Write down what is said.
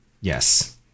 Yes